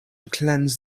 cleanse